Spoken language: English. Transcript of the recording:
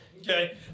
Okay